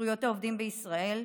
לזכויות העובדים בישראל,